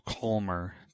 calmer